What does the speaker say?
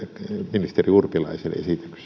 ministeri urpilaisen